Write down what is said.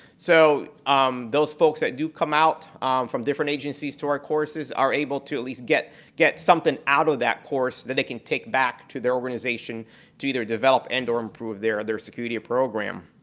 so um those folks that do come out from different agencies to our courses, are able to at least get get something out of that course that they can take back to their organization to either develop and or improve their their security program.